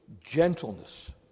gentleness